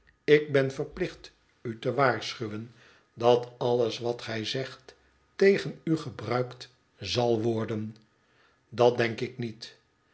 ik ben verplicht u te waarschuwen dat alles wat gij zegt tegen u gebruikt zal worden dat denk ik niet